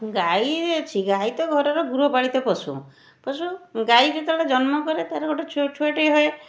ଗାଈ ଅଛି ଗାଈ ତ ଘରର ଗୃହପାଳିତ ପଶୁ ପଶୁ ଗାଈ ଯେତେବେଳେ ଜନ୍ମ କରେ ତା'ର ଗୋଟେ ଛୁଆଟିଏ ହୁଏ